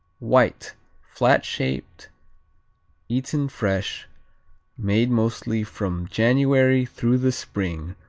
white flat-shaped eaten fresh made mostly from january through the spring,